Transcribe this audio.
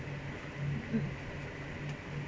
mm